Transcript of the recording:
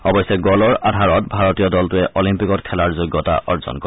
অৱশ্যে গলৰ আধাৰত ভাৰতীয় দলটোৱে অলিম্পিকত খেলাৰ যোগ্যতা অৰ্জন কৰে